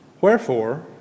Wherefore